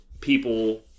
people